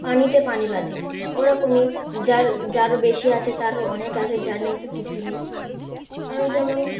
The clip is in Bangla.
পানিতে পানি বাঁধে ওরকমই যার যার বেশি আছে তার অনেক আছে যার নেই তো কিছুই নেই আরও যেমন